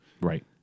Right